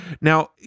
Now